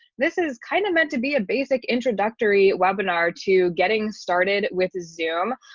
this is kind of meant to be a basic introductory webinar to getting started with zoom.